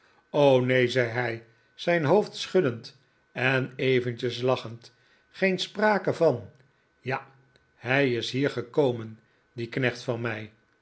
neen zei hij zijn hoofd schuddend en eventjes lachend geen sprake van ja hij is hier gekomen die knecht van mij